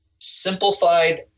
simplified